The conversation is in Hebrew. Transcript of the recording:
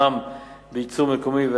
מע"מ בייצור מקומי,